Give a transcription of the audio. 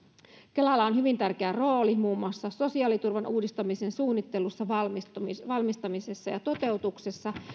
kelalla on hyvin tärkeä rooli muun muassa sosiaaliturvan uudistamisen suunnittelussa valmistamisessa valmistamisessa ja toteutuksessa